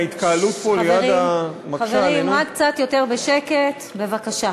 חברים, חברים, רק קצת יותר בשקט, בבקשה.